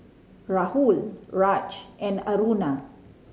Rahul Raj and Aruna